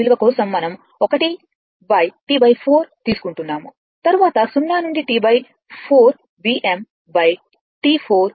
కోసం మనం 1T 4 తీసుకుంటున్నాము తరువాత 0 నుండి T 4 Vm T4 dt